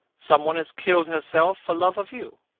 some one has killed herself for love of you.